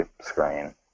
screen